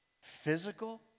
physical